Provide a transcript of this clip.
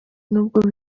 nubwo